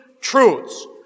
truths